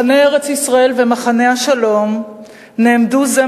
מחנה ארץ-ישראל ומחנה השלום נעמדו זה